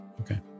Okay